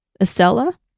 Estella